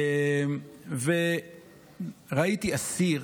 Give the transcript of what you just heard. וראיתי אסיר